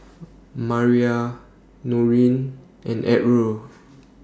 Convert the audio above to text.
Maria Norine and Errol